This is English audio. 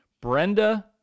Brenda